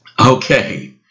okay